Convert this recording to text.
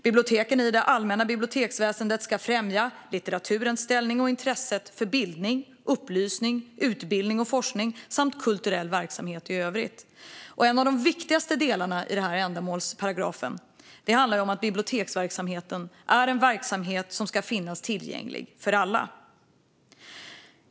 Biblioteken i det allmänna biblioteksväsendet ska främja litteraturens ställning och intresset för bildning, upplysning, utbildning och forskning samt kulturell verksamhet i övrigt. En av de viktigaste delarna i ändamålsparagrafen handlar om att biblioteksverksamheten är en verksamhet som ska finnas tillgänglig för alla.